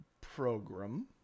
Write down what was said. program